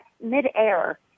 midair